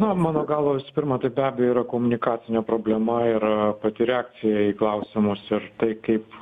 na mano galva visų pirma tai be abejo yra komunikacinė problema ir pati reakcija į klausimus ir tai kaip